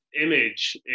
image